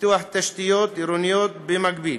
ופיתוח תשתיות עירוניות במקביל,